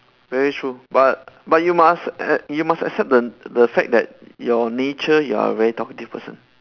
very true but but you must err you must accept the the fact that your nature you are a very talkative person